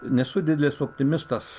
nesu didelis optimistas